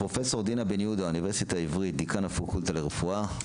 פרופ' דינה בן יהודה, דיקן הפקולטה לרפואה,